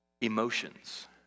emotions